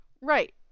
Right